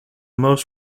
most